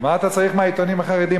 מה אתה צריך מהעיתונים החרדיים?